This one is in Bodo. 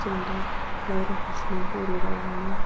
जों दा रायलायगासिनो बर' रावावनो